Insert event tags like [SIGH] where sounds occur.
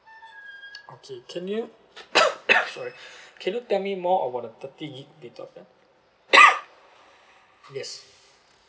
okay can you [COUGHS] sorry [BREATH] can you tell me more about the thirty gig data plan [COUGHS] yes